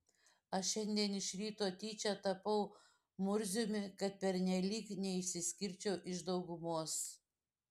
aš šiandien iš ryto tyčia tapau murziumi kad pernelyg neišsiskirčiau iš daugumos